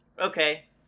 Okay